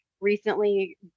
recently